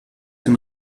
ein